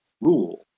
rule